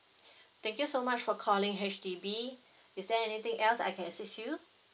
thank you so much for calling H_D_B is there anything else I can assist you